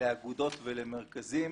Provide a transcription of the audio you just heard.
לאגודות ולמרכזים